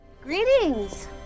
Greetings